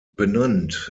benannt